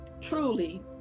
truly